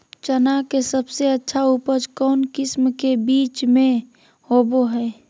चना के सबसे अच्छा उपज कौन किस्म के बीच में होबो हय?